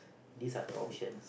these are the options